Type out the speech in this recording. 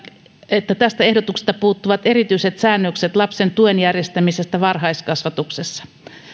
että tästä ehdotuksesta puuttuvat erityiset säännökset lapsen tuen järjestämisestä varhaiskasvatuksessa